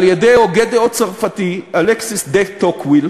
על-ידי הוגה דעות צרפתי, אלכסיס דה-טוקוויל.